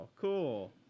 cool